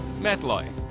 MetLife